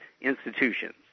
institutions